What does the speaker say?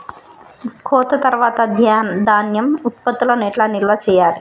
కోత తర్వాత ధాన్యం ఉత్పత్తులను ఎట్లా నిల్వ చేయాలి?